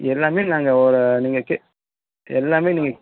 எல்லாமே நாங்கள் ஒரு நீங்கள் கே எல்லாமே நீங்கள்